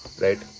right